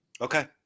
Okay